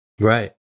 Right